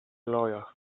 lawyer